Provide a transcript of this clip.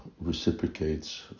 reciprocates